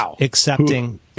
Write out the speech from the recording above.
accepting